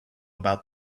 about